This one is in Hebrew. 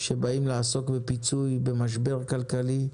שבאים לעסוק בפיצוי במשבר כלכלי,